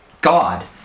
God